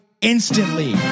instantly